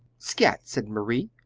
scat! said marie,